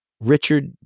Richard